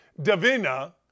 Davina